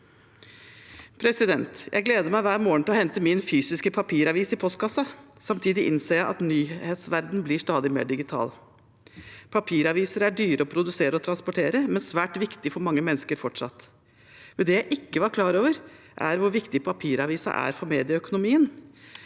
framtiden. Jeg gleder meg hver morgen til å hente min fysiske papiravis i postkassen. Samtidig innser jeg at nyhetsverdenen blir stadig mer digital. Papiraviser er dyre å produsere og transportere, men svært viktige for mange mennesker fortsatt. Det jeg ikke var klar over, er hvor viktig papiravisen er for medieøkonomien.